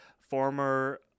former